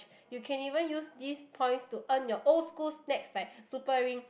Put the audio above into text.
you can even use this points to earn your old school's snacks like Super Ring